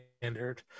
standard